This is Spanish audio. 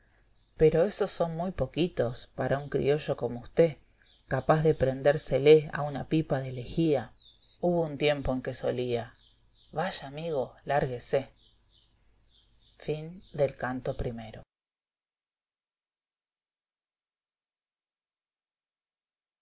pero esos son muy poquitos para un criollo como usté capaz de prendérsele a una pipa de lejía hubo un tiempo en que solía yaya amigo largúese ii como